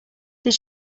did